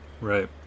Right